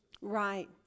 Right